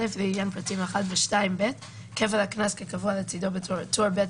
לעניין פרטים (1) ו- 2(ב) כפל הקנס כקבוע לצדן בטור ב'